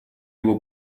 его